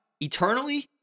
eternally